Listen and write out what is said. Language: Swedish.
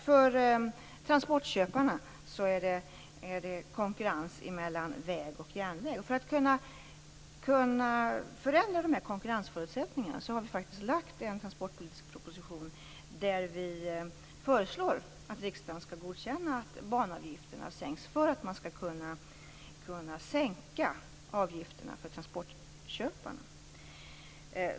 För transportköparna gäller konkurrens mellan väg och järnväg. För att kunna förändra konkurrensförutsättningarna har vi faktiskt lagt fram en transportpolitisk proposition, där vi föreslår att riksdagen skall godkänna att banavgifterna sänks för att man skall kunna sänka avgifterna för transportköparna.